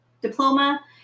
diploma